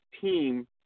team